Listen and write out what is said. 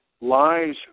lies